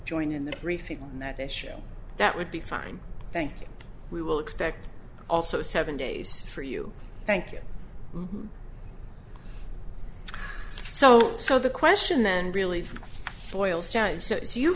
join in the briefing on that issue that would be fine thank you we will expect also seven days for you thank you so so the question then really